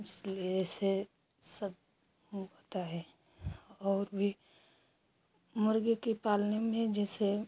इसलिए ऐसे सब ऊ होता है और भी मुर्ग़ी के पालने में जैसे